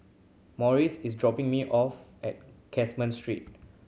Marius is dropping me off at Street